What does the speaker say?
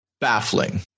Baffling